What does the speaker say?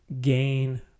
gain